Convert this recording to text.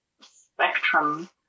spectrum